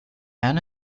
and